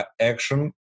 action